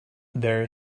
there